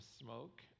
smoke